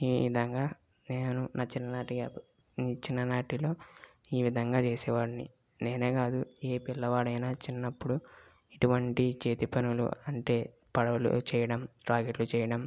ఈ విధంగా నేను నా చిన్ననాటి చిన్ననాటిలో ఈ విధంగా చేసేవాడిని నేనే కాదు ఏ పిల్లవాడైనా చిన్నపుడు ఇటువంటి చేతిపనులు అంటే పడవలు చెయ్యడం రాకెట్లు చెయ్యడం